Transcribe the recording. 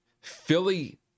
Philly